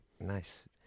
nice